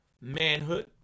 Manhood